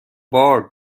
بار